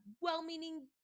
well-meaning